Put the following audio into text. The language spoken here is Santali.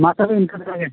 ᱢᱟ ᱛᱚᱵᱮ ᱤᱱᱠᱟᱹ ᱫᱷᱟᱨᱟ ᱜᱮ